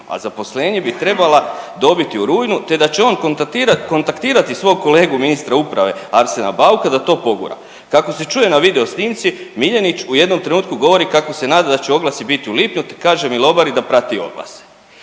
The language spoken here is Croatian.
a zaposlenje bi trebala dobiti u rujnu, te da će on kontaktirati svog kolegu ministra uprave Arsena Bauka da to pogura. Kako se čuje na video snimci Miljenić u jednom trenutku govori kako se nada da će oglasi biti u lipnju, te kaže Milobari da prati oglas.